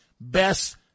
best